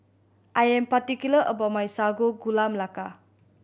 I am particular about my Sago Gula Melaka